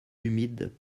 humides